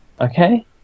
Okay